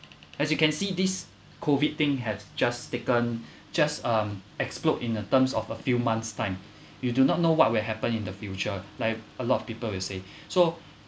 as you can see this COVID thing has just taken just explode in terms of a few months time you do not know what will happen in the future like a lot of people will say so